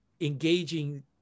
engaging